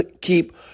Keep